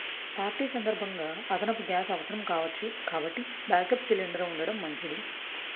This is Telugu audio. పార్టీ సందర్భంగా అదనపు గ్యాస్ అవసరం కావచ్చు కాబట్టి బ్యాకప్ సిలిండర్ ఉండడం మంచిది